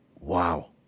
Wow